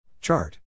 Chart